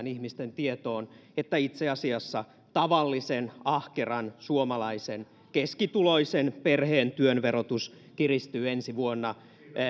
ihmisten tietoon sen tosiasian että itse asiassa tavallisen ahkeran suomalaisen keskituloisen perheen työn verotus kiristyy ensi vuonna